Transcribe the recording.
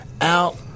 out